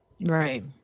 Right